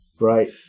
Right